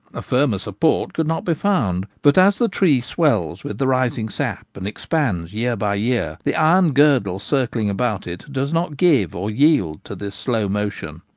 a firmer support could not be found but as the tree swells with the rising sap, and expands year by year, the iron girdle circling about it does not give or yield to this slow motion.